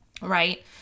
Right